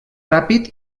ràpid